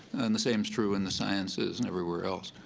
and the same is true in the sciences and everywhere else.